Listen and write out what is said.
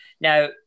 Now